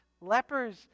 lepers